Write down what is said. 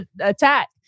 attack